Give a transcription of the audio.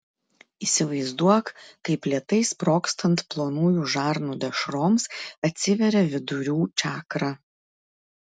įsivaizduok kaip lėtai sprogstant plonųjų žarnų dešroms atsiveria vidurių čakra